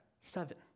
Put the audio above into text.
Seven